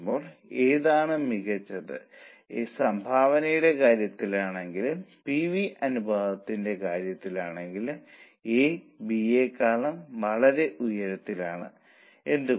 ഇപ്പോൾ എന്താണ് ഒരു പുതിയ PVR ഇത് ഏതാണ്ട് സ്ഥിരമാണ് കാരണം ഇത് ചെറുതായി ഉയർന്നു കാരണം വില വർദ്ധിച്ചു 0